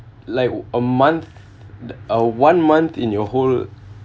like a month uh one month in your whole